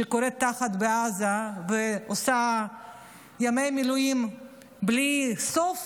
שקורעת את התחת בעזה ועושה ימי מילואים בלי סוף,